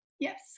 Yes